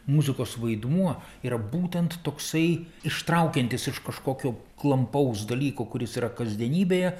muzikos vaidmuo yra būtent toksai ištraukiantis iš kažkokio klampaus dalyko kuris yra kasdienybėje